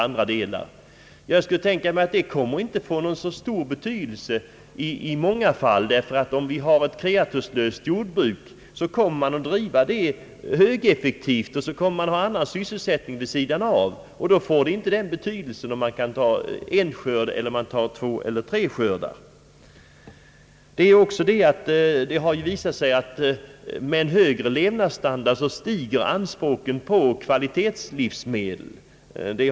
I många fall kommer detta inte att få någon betydelse därför att om vi har ett kreaturslöst jordbruk driver innehavarna detta högeffektivt och har sedan annan sysselsättning vid sidan om. Det har också visat sig att med en högre levnadsstandard stiger anspråken på kvalitetslivsmedel.